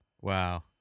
Wow